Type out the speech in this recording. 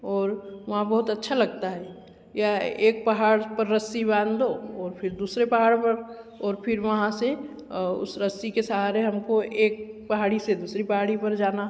और वहाँ बहुत अच्छा लगता है या एक पहाड़ पर रस्सी बाँध लो ओर फिर दूसरे पहाड़ पर और फिर वहाँ से उस रस्सी के सहारे हमको एक पहाड़ी से दूसरी पहाड़ी पर जाना